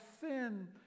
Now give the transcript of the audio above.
sin